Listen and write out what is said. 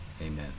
Amen